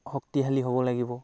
শক্তিশালী হ'ব লাগিব